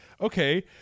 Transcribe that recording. okay